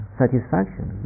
satisfaction